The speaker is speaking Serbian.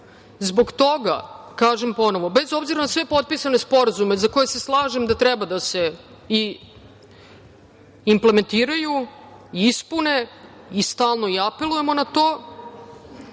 Zbog toga, kažem ponovo, bez obzira na sve potpisane sporazume za koje se slažem da treba da se implementiraju, ispune, stalno apelujemo na to,